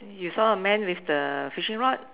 you saw a man with the fishing rod